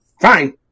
fine